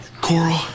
Coral